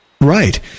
Right